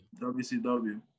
WCW